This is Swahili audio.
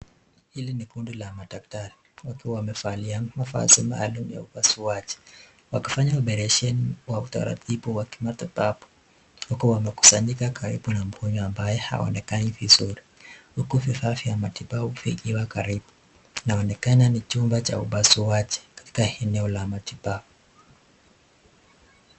Hili ni kundi la madaktari wakiwa wamevalia mavazi maalum ya upasuaji wakifanya oparesheni wa utaratibu wa kimatibabu, huku wamekusanyika karibu na mgonjwa ambaye haonekani vizuri. Huku vifaa vya matibabu vikiwa karibu . Inaonekana ni chumba la upasuaji katika eneo la matibabu.